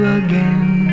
again